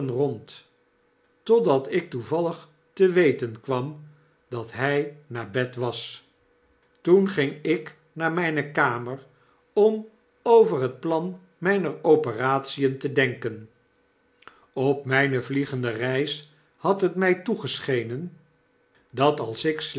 rond totdat ik toevallig te weten kwam dat hy naar bed was toen ging ik naar myne kamer om over het plan myner operation te denken op myne vliegjende reis had het my toegeschenen dat als ik